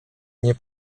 nie